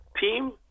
team